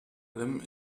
allem